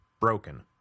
Broken